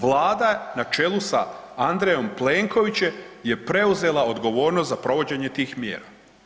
Vlada na čelu sa Andrejom Plenkovićem je preuzela odgovornost za provođenje tih mjera.